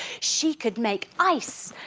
she could make ice!